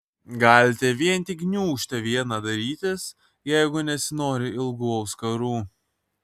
galite vien tik gniūžtę vieną darytis jeigu nesinori ilgų auskarų